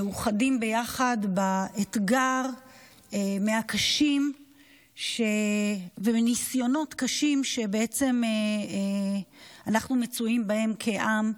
מאוחדים ביחד באתגר מהקשים ובניסיונות קשים שאנחנו נמצאנו בהם כעם,